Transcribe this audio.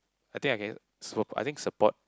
I think I can support I think support